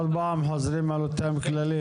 עוד פעם חוזרים על אותם כללים.